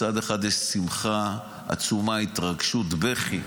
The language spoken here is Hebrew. מצד אחד יש שמחה עצומה, התרגשות, בכי,